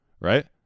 right